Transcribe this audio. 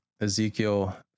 Ezekiel